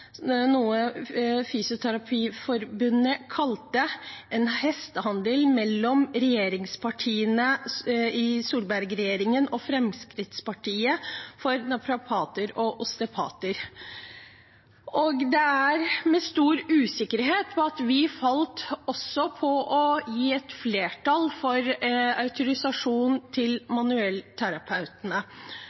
mellom partiene i Solberg-regjeringen og Fremskrittspartiet. Det var med stor usikkerhet vi falt ned på å støtte et flertall for autorisasjon til manuellterapeutene,